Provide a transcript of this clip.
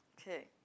Okay